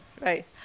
right